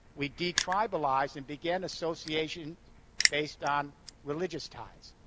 we detribalized and began associations based on religious ties.